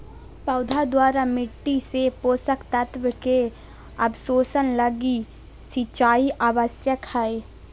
पौधा द्वारा मिट्टी से पोषक तत्व के अवशोषण लगी सिंचाई आवश्यक हइ